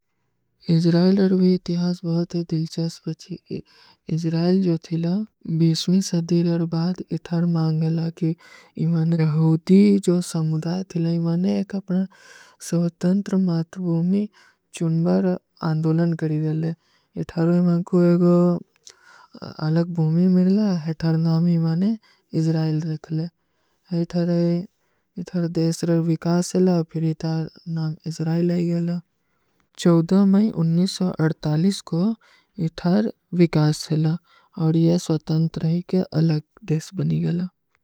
ଇଜରାଯଲର ଭୀ ଇତିହାସ ବହୁତ ଦିଲ୍ଚାସ ବଚୀ। ଇଜରାଯଲ ଜୋ ଥୀଲା, ବୀସମୀ ସଦ୍ଦୀଲ ଔର ବାଦ ଇଥାର ମାଂଗେଲା କି ଇମାନ ରହୋତୀ। ଜୋ ସମୁଦା ଥୀଲା, ଇମାନେ ଏକ ଅପନା ସଵତ୍ତଂତ୍ର ମାତ୍ର ବୁମୀ ଚୁନବର ଆଂଦୁଲନ କରୀ ଦେଲେ। ଇଥାର ମାଂଗ କୋ ଏକ ଆଲଗ ବୁମୀ ମିଲ ଲା, ଇଥାର ନାମୀ ମାନେ ଇଜରାଯଲ ରଖ ଲେ। ଇଥାର ଦେଶର ଵିକାସ ଥୀଲା, ଫିର ଇତାର ନାମ ଇଜରାଯଲ ଆଈ ଗଏଲା। ଚୌଦହ ମାଁଈ ଅଡ଼ତାଲୀସ କୋ ଇଥାର ଵିକାସ ଥୀଲା, ଔର ଯହ ସଵତ୍ତଂତ ରହୀ କେ ଅଲଗ ଦେଶ ବନୀ ଗଏଲା।